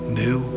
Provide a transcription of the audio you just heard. new